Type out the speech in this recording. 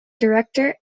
director